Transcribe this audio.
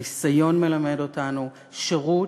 הניסיון מלמד אותנו: שירות,